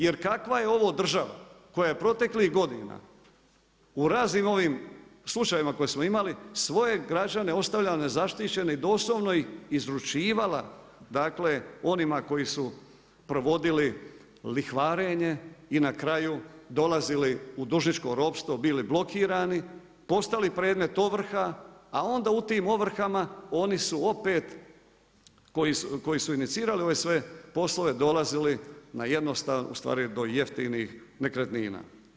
Jer kakva je ovo država koja proteklih godina u raznim ovim slučajevima koje smo imali, svoje građane ostavlja nezaštićene i doslovno ih izručivala dakle onima koji su provodili lihvarenje i na kraju dolazili u dužničko ropstvo, bili blokirani, postali predmet ovrha a onda u tim ovrhama oni su opet koji su inicirali ove sve poslove, dolazili do jeftinih nekretnina.